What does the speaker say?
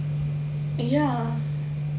ya